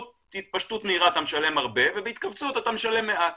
בהתפשטות מהירה אתה משלם הרבה ובהתכווצות אתה משלם מעט,